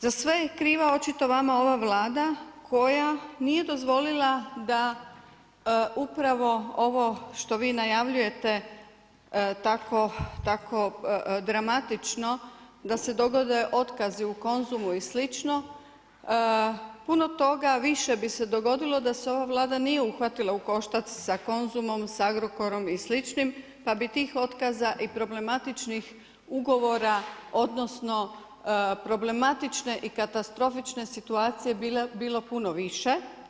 Za sve je kriva očito vama ova Vlada, koja nije dozvolila da upravo ovo što vi najavljujete tako dramatično, da se dogode otkazi u Konzumu i slično, puno toga više bi se dogodilo da se ova Vlada nije uhvatila u koštac sa Konzumom, sa Agrokorom i sličnim, pa bi tih otkaza i problematičnih ugovora, odnosno, problematične i katastrofične situacije bilo puno više.